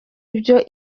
ibyo